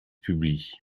publie